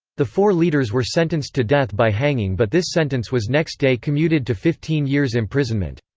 the four leaders were sentenced to death by hanging but this sentence was next day commuted to fifteen years' imprisonment.